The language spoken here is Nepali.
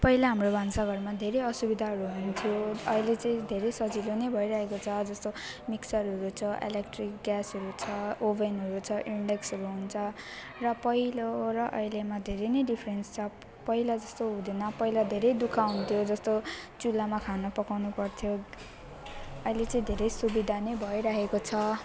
पहिला हाम्रो भन्साघरमा धेरै असुविधाहरू हुन्थ्यो अहिले चाहिँ धेरै सजिलो नै भइरहेको छ जस्तो मिक्सरहरू छ इलेक्ट्रिक ग्यासहरू छ ओभनहरू छ इन्डक्सनहरू हुन्छ र पहिले र अहिलेमा धेरै नै डिफ्रेन्स छ पहिला जस्तो हुँदैन पहिला धेरै दुःख हुन्थ्यो जस्तो चुलामा खाना पकाउनुपर्थ्यो अहिले चाहिँ धेरै सुविधा नै भइरहेको छ